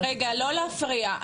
רגע, לא להפריע.